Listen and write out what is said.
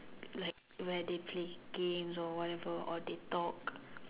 like where they play game or whatever or they talk